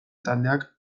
taldeak